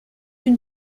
une